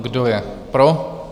Kdo je pro?